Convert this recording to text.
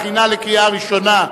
כדי להכינה לקריאה ראשונה.